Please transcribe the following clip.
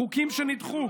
חוקים שנדחו,